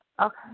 Okay